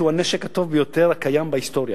הוא הנשק הטוב ביותר הקיים בהיסטוריה,